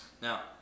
Now